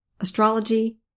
astrology